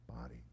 body